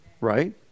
Right